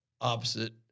opposite